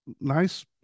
nice